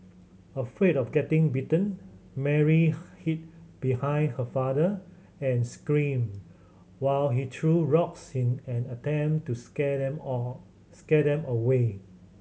afraid of getting bitten Mary hid behind her father and screamed while he threw rocks in an attempt to scare them all scare them away